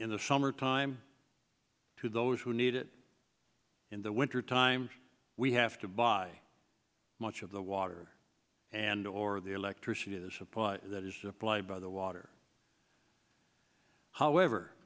in the summertime to those who need it in the wintertime we have to buy much of the water and or the electricity the supply that is supplied by the water however